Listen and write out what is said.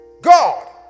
God